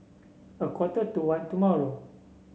a quarter to one tomorrow